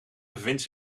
bevindt